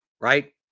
right